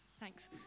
Thanks